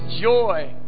joy